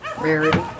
Rarity